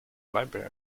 library